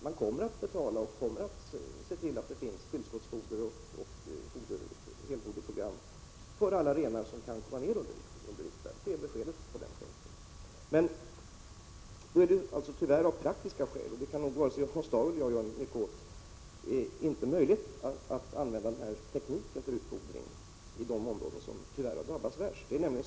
Man kommer att betala, och man kommer att se till att det finns tillskottsfoder och helfoderprogram för alla renar som kan komma ned under riktvärdet — det är svaret på Hans Daus följdfråga. Det är tyvärr av praktiska skäl inte möjligt att använda samma teknik för utfodring i de områden som har drabbats värst som i de övriga — det kan nog varken Hans Dau eller jag göra mycket åt.